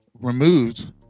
removed